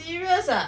serious ah